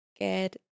get